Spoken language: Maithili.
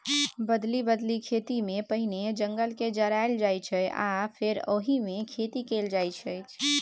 बदलि बदलि खेतीमे पहिने जंगलकेँ जराएल जाइ छै आ फेर ओहिमे खेती कएल जाइत छै